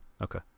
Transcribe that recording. okay